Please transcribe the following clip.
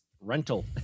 rental